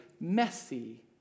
messy